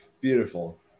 Beautiful